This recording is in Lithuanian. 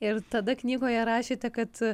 ir tada knygoje rašėte kad